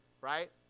Right